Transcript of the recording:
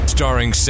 Starring